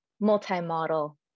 multi-model